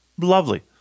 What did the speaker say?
Lovely